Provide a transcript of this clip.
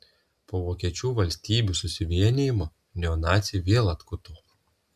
po vokiečių valstybių susivienijimo neonaciai vėl atkuto